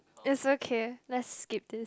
is okay let's skip this